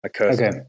Okay